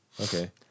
Okay